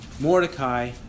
Mordecai